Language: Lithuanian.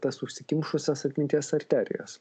tas užsikimšusias atminties arterijas